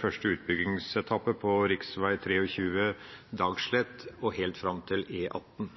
første utbyggingsetappe på rv. 23 Dagslett og helt fram til E18.